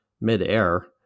midair